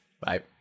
Bye